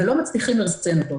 ולא מצליחים לרסן אותו.